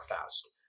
fast